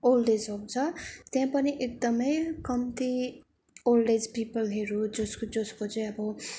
old age home छ त्यहाँ पनि एकदम कम्ती ओल्ड एज्ड पिपलहरू जस जसको चाहिँ अब